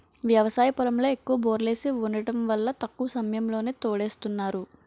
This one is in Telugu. వ్యవసాయ పొలంలో ఎక్కువ బోర్లేసి వుండటం వల్ల తక్కువ సమయంలోనే తోడేస్తున్నారు